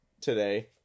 today